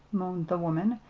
moaned the woman.